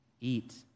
eat